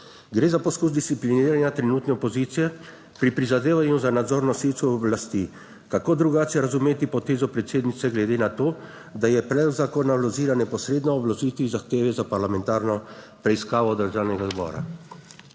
Gre za poskus discipliniranja trenutne opozicije pri prizadevanju za nadzor nosilcev oblasti. Kako drugače razumeti potezo predsednice glede na to, da je predlog zakona vložila neposredno ob vložitvi zahteve za parlamentarno preiskavo Državnega zbora?